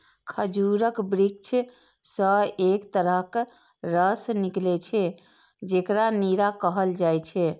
खजूरक वृक्ष सं एक तरहक रस निकलै छै, जेकरा नीरा कहल जाइ छै